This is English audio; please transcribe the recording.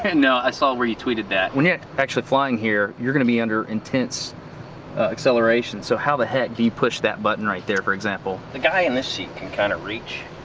and no i saw where you tweeted that. when you're actually flying here, you're gonna be under intense acceleration, so how the heck do you push that button right there for example? the guy in this seat can kind of reach,